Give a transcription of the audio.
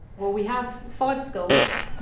well we have five skulls,